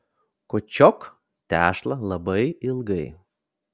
kočiok tešlą labai ilgai